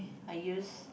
I use